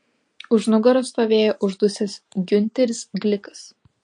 už nugaros stovėjo uždusęs giunteris glikas